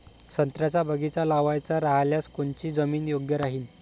संत्र्याचा बगीचा लावायचा रायल्यास कोनची जमीन योग्य राहीन?